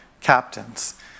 captains